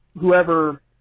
whoever